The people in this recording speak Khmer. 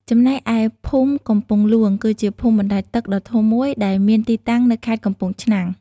ចំណែកឯភូមិកំពង់លួង គឺជាភូមិបណ្តែតទឹកដ៏ធំមួយដែលមានទីតាំងនៅខេត្តកំពង់ឆ្នាំង។